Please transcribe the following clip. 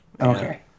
Okay